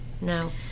no